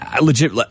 legit